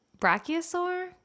Brachiosaur